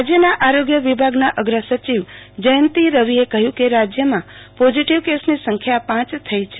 રાજયના આરોગ્ય વિભાગના અગ્રસચિવ જયંતિ રવિએ કહયું કે રાજયમાં પોઝીટીવ કસનો સંખ્યા પ થઈ છે